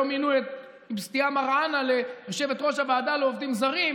היום מינו את אבתיסאם מראענה ליושבת-ראש הוועדה לעובדים זרים,